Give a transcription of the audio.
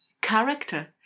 character